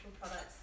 products